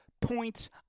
points